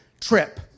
trip